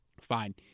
Fine